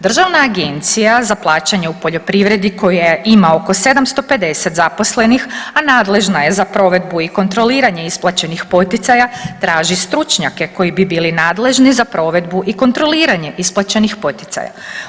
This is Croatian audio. Državna agencija za plaćanje u poljoprivredi koja ima oko 750 zaposlenih, a nadležna je za provedbu i kontroliranje isplaćenih poticaja traži stručnjake koji bi bili nadležni za provedbu i kontroliranje isplaćenih poticaja.